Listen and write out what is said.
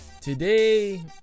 today